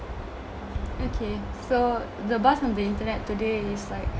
okay so the burst of the internet today is like